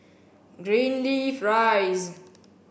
Greenleaf Rise